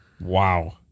Wow